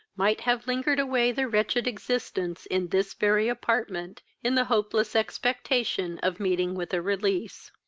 might have lingered away their wretched existence in this very apartment, in the hopeless expectation of meeting with a release.